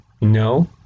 No